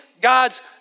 God's